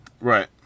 Right